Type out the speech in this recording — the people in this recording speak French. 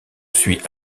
suit